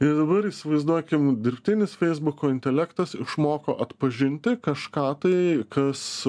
ir dabar įsivaizduokim dirbtinis feisbuko intelektas išmoko atpažinti kažką tai kas